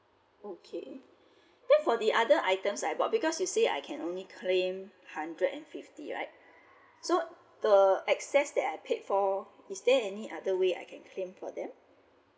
okay then for the other items I bought because you say I can only claim hundred and fifty right so the uh access that I paid for is there any other way I can claim for them